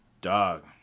Dog